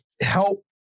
help